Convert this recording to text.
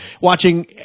watching